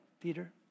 Peter